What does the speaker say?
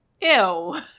Ew